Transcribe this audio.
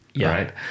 Right